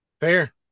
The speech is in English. Fair